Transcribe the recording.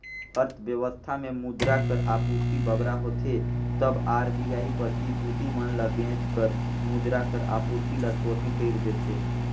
अर्थबेवस्था में मुद्रा कर आपूरति बगरा होथे तब आर.बी.आई प्रतिभूति मन ल बेंच कर मुद्रा कर आपूरति ल थोरहें कइर देथे